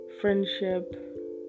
friendship